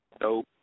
No